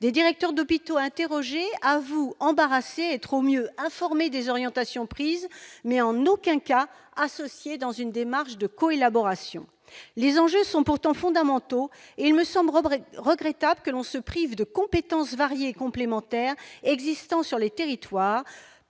Des directeurs d'hôpitaux interrogés avouent, embarrassés, être informés, au mieux, des orientations prises, mais en aucun cas associés dans une démarche de coélaboration. Les enjeux sont pourtant fondamentaux, et il me semble regrettable que l'on se prive de compétences variées et complémentaires, existant sur les territoires,